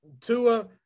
Tua